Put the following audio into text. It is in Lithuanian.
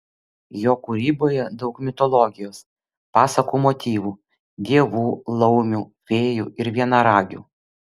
jo kūryboje daug mitologijos pasakų motyvų dievų laumių fėjų ir vienaragių